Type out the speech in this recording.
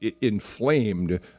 inflamed